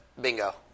Bingo